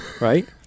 right